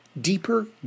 deeper